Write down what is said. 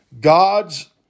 God's